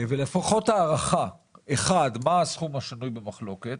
לפחות הערכה על מה הסכום השנוי במחלוקת.